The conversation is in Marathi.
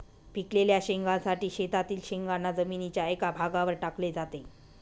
पिकलेल्या शेंगांसाठी शेतातील शेंगांना जमिनीच्या एका भागावर टाकले जाते